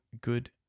Good